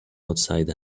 outside